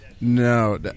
No